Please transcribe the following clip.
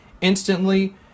instantly